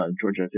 Georgia